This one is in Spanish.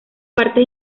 partes